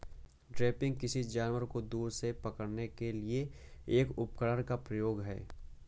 trapping, किसी जानवर को दूर से पकड़ने के लिए एक उपकरण का उपयोग है